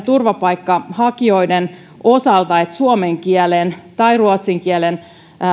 turvapaikanhakijoiden osalta että suomen kielen tai ruotsin kielen